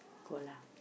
go lah